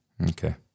Okay